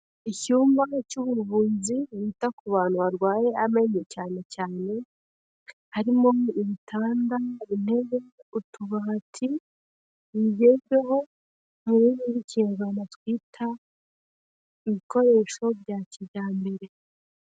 Icyumba cy'ubuvunzi bita ku bantu barwaye amenyo cyane cyane. Harimo ibitanda, intebe, utubati bigezeho. Mu rurimi rw'ikinyarwanda twita ibikoresho bya kijyambere.